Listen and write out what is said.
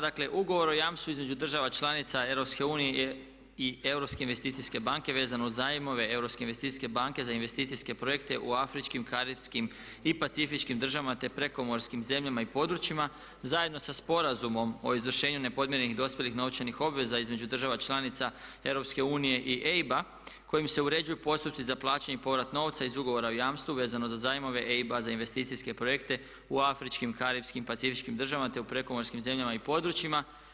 Dakle, Ugovor o jamstvu između država članica EU i Europske investicijske banke vezano uz zajmove Europske investicijske banke za investicijske projekte u afričkim, karipskim i pacifičkim državama, te prekomorskim zemljama i područjima zajedno sa Sporazumom o izvršenju nepodmirenih dospjelih novčanih obveza između država članica EU i EIB-a kojim se uređuju postupci za plaćanje i povrat novca iz Ugovora o jamstvu vezano za zajmove EIB-a, za investicijske projekte u afričkim, karipskim, pacifičkim državama, te u prekomorskim zemljama i područjima.